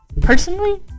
personally